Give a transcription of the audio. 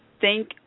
thank